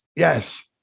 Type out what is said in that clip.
Yes